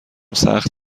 سخت